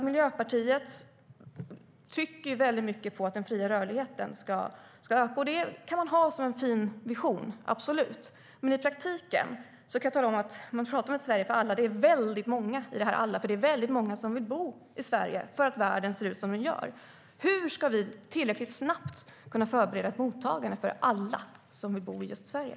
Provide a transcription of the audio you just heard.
Miljöpartiet trycker väldigt mycket på att den fria rörligheten ska öka, och det kan man ha som en fin vision, absolut. Men när man pratar om ett Sverige för alla kan jag tala om att i praktiken är detta "alla" väldigt många, för det är väldigt många som vill bo i Sverige för att världen ser ut som den gör. Hur ska vi tillräckligt snabbt kunna förbereda ett mottagande för alla som vill bo i just Sverige?